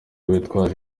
bitwaje